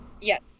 Yes